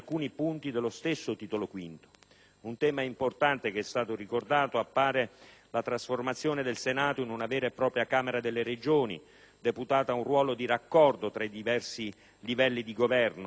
Untema importante, che è stato ricordato, appare la trasformazione del Senato in una vera e propria Camera delle Regioni deputata ad un ruolo di raccordo tra i diversi livelli di Governo nel nuovo sistema federale.